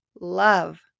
love